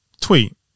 Tweet